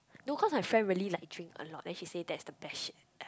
no cause my friend really like drink a lot then she say that's the best shit ever